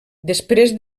després